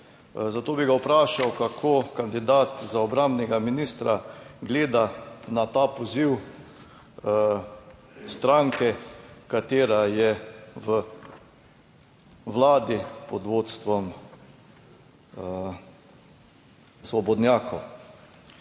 zato bi ga vprašal, kako kandidat za obrambnega ministra gleda na ta poziv stranke, katera je v Vladi pod vodstvom svobodnjakov.